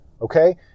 Okay